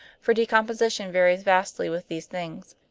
for decomposition varies vastly with these things.